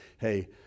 hey